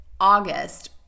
August